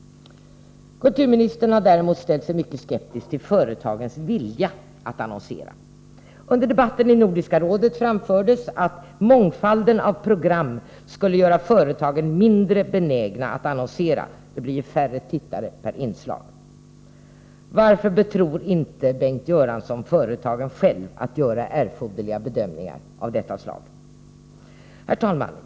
Kulturministern har ställt sig mycket skeptisk till företagens vilja att annonsera. Under debatten i Nordiska rådet framfördes att mångfalden av program skulle göra företagen mindre benägna att annonsera — det blir ju färre tittare per inslag. Varför betror inte Bengt Göransson företagen att själva göra erforderliga bedömningar av detta slag? Herr talman!